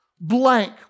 blank